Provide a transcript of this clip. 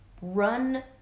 run